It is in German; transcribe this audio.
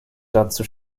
dazu